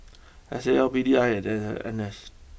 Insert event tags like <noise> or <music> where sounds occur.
S A L P D I and <unintelligible> N S